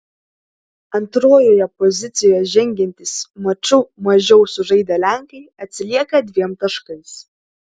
antrojoje pozicijoje žengiantys maču mažiau sužaidę lenkai atsilieka dviem taškais